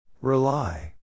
Rely